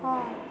ହଁ